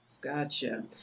Gotcha